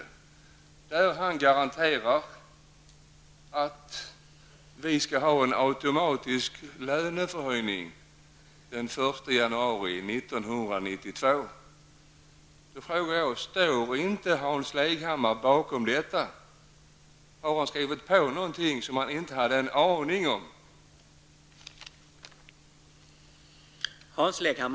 I betänkandet garanteras att vi ledamöter skall få en automatisk löneförhöjning den 1 januari 1992. Står inte Hans Leghammar bakom detta? Har han skrivit på något som han inte har någon aning om?